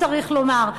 צריך לומר.